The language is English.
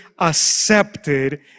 accepted